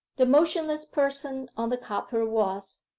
the motionless person on the copper was,